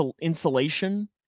insulation